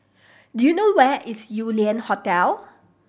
do you know where is Yew Lian Hotel